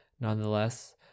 Nonetheless